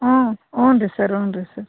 ಊಂ ಊನ್ರೀ ಸರ್ ಊನ್ರೀ ಸರ್